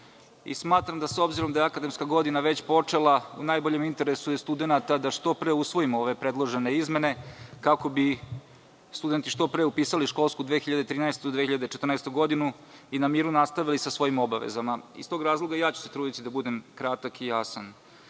obrazovanju. S obzirom da je akademska godina već počela u najboljem interesu studenata je da što pre usvojimo ove predložene izmene, kako bi studenti što pre upisali školsku 2013/2014. godinu i na miru nastavili sa svojim obavezama. Iz tog razloga i ja ću se truditi da budem kratak i jasan. Zakon